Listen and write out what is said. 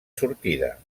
sortida